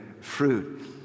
fruit